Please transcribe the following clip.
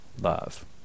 love